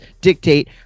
dictate